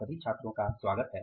सभी का स्वागत है